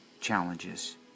challenges